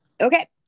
okay